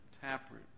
taproot